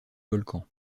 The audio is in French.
volcan